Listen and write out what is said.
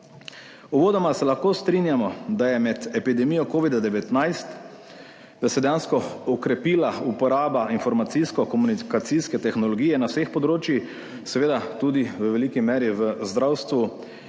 Uvodoma se lahko strinjamo, da je med epidemijo COVID-19, da se dejansko okrepila uporaba informacijsko- komunikacijske tehnologije na vseh področjih, seveda tudi v veliki meri v zdravstvu,